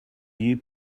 you